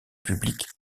publiques